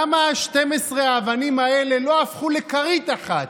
למה 12 האבנים האלה לא הפכו לכרית אחת?